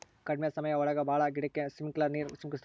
ಕಡ್ಮೆ ಸಮಯ ಒಳಗ ಭಾಳ ಗಿಡಕ್ಕೆ ಸ್ಪ್ರಿಂಕ್ಲರ್ ನೀರ್ ಚಿಮುಕಿಸ್ತವೆ